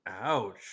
Ouch